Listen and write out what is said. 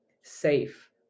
safe